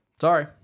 sorry